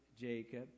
Jacob